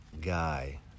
Guy